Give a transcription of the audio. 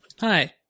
Hi